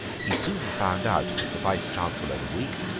he soon found out that the vice chancellor was weak,